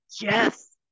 yes